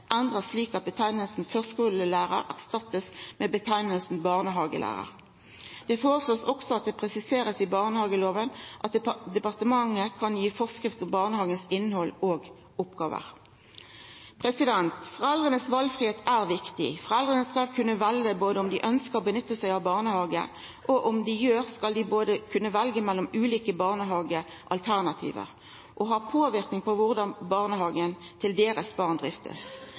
endrast slik at nemninga «førskulelærar» blir erstatta med nemninga «barnehagelærar». Det føreslås også at det skal presiserast i barnehageloven at departementet kan gi forskrift om barnehagens innhald og oppgåver. Foreldras valfridom er viktig. Foreldra skal kunna velja om dei ønskjer å nytta seg av barnehage, og om dei gjer det, skal dei både kunna velja mellom ulike barnehagealternativ og ha påverknad på korleis barnehagen til deira barn